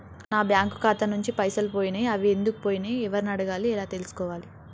నా బ్యాంకు ఖాతా నుంచి పైసలు పోయినయ్ అవి ఎందుకు పోయినయ్ ఎవరిని అడగాలి ఎలా తెలుసుకోవాలి?